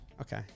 Okay